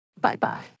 Bye-bye